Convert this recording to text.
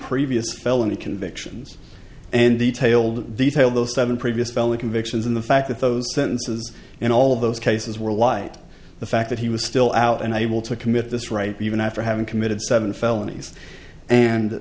previous felony convictions and detailed detail the seven previous felony convictions and the fact that those sentences and all of those cases were light the fact that he was still out and able to commit this right even after having committed seven felonies and